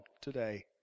today